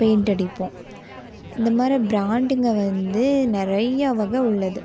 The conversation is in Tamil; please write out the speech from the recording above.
பெயிண்ட் அடிப்போம் இந்த மாரி பிராண்டுங்க வந்து நிறையா வகை உள்ளது